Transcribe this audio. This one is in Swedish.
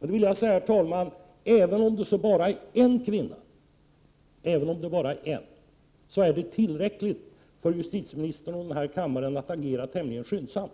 Jag vill säga, herr talman, att om det så bara är en kvinna, så är det tillräckligt för justitieministern och denna 111 kammare att agera tämligen skyndsamt.